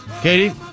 Katie